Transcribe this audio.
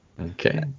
Okay